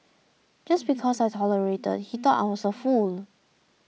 just because I tolerated he thought I was a fool